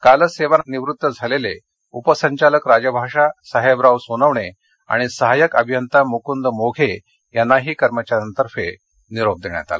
कालच सेवानिवृत्त झालेले उप संचालक राजभाषा साहेबराव सोनवणे आणि सहाय्यक अभियंता मुकुंद मोघे यांना कर्मचाऱ्यांतर्फे निरोप देण्यात आला